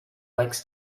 likes